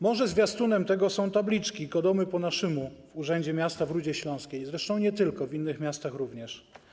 Może zwiastunem tego są tabliczki: Godomy po naszymu w Urzędzie Miasta w Rudzie Śląskiej, zresztą nie tylko, w innych miastach również.